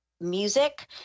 Music